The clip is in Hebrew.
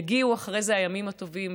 יגיעו אחרי זה הימים הטובים,